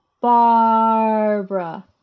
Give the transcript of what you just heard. Barbara